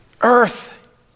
earth